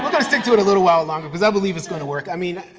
um stick to it a little while longer, because i believe it's going to work. i mean,